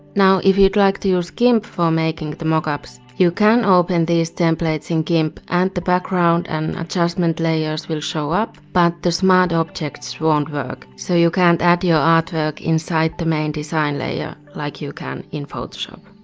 now if you'd like to use gimp for making the mockups, you can open these templates in gimp and the background and adjustment layers will show up, but the smart objects don't work, so you can't add your artwork inside the main design layer like you can in photoshop.